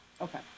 Okay